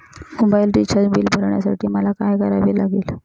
Mobile recharge bill भरण्यासाठी मला काय करावे लागेल?